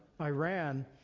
Iran